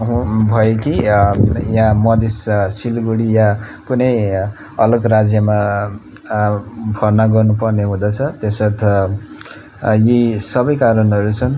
हो भयो कि या मधेस सिलगढी या कुनै अलग राज्यमा भर्ना गर्नुपर्ने हुँदछ त्यसर्थ यी सबै कारणहरू छन्